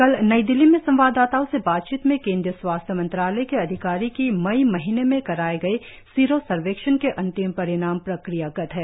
कल नई दिल्ली में संवाददाताओं से बातचीत में केंद्रीय स्वास्थ्य मंत्रालय के अधिकारी कि मई महीने में कराए गए सीरो सर्वेक्षण के अंतिम परिणाम प्रक्रियागत हैं